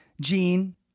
gene